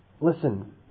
Listen